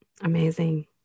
Amazing